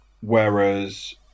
whereas